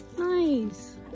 Nice